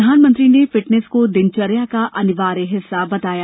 प्रधानमंत्री ने फिटनेस को दिनचर्या का अनिवार्य हिस्सा बताया